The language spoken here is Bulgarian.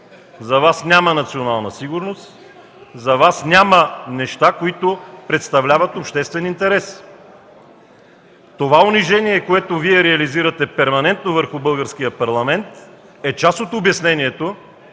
за Вас няма национална сигурност, за Вас няма неща, които представляват обществен интерес! Това унижение, което Вие реализирате перманентно върху българския парламент, е част от обяснението